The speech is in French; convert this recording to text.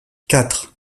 quatre